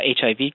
HIV